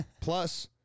Plus